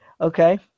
Okay